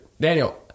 Daniel